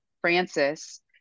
Francis